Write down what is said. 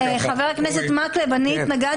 חבר הכנסת מקלב, אני התנגדתי.